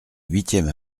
huitième